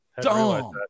dumb